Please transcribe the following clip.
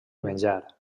menjar